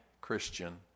Christian